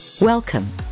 Welcome